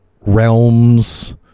realms